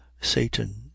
Satan